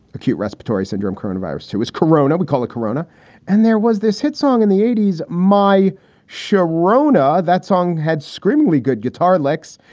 acute respiratory syndrome coronavirus. who is corona? we call a corona and there was this hit song in the eighty s. my sharona. that song had screamingly good guitar licks.